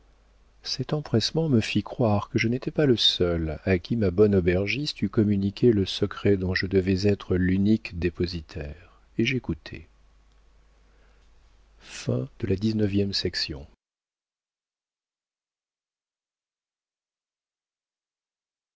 cet empressement me fit croire que je n'étais pas le seul à qui ma bonne aubergiste eût communiqué le secret dont je devais être l'unique dépositaire et j'écoutai